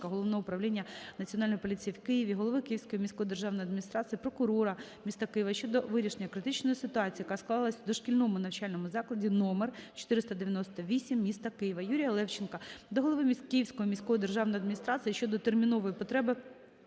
Головного управління Національної поліції в Києві, голови Київської міської державної адміністрації, прокурора міста Києва щодо вирішення критичної ситуації, яка склалася у дошкільному навчальному закладі № 498 міста Києва. Юрія Левченка до голови Київської міської державної адміністрації щодо термінової потреби